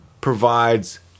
provides